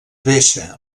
vessa